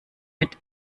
mit